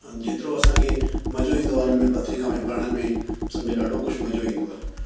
जेतिरो असांखे मज़ो ईंदो आहे उन में पत्रिका में पढ़ण में सम्झ ॾाढो कुझु मज़ो ईंदो आहे